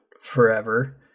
forever